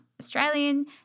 Australian